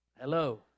Hello